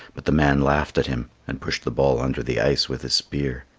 but the man laughed at him and pushed the ball under the ice with his spear.